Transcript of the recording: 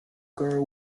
girl